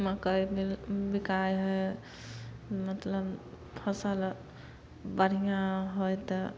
मकइ बिकाइ हइ मतलब फसल बढ़िऑं होइ तऽ